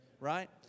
Right